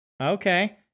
Okay